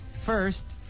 First